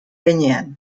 behinean